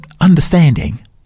understanding